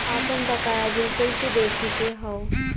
आपन बकाया बिल कइसे देखे के हौ?